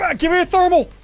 ah give me a thermal